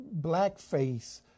blackface